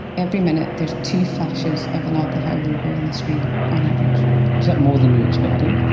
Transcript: every minute there's two flashes of an alcohol logo on the screen, on average. is that more than you expected?